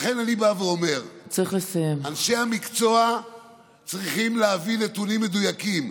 לכן אני בא ואומר: אנשי המקצוע צריכים להביא נתונים מדויקים.